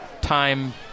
time